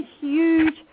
huge